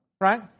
right